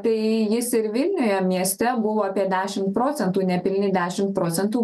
tai jis ir vilniuje mieste buvo apie dešim procentų nepilni dešim procentų